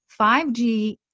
5g